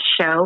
show